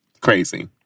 crazy